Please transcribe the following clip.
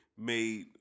made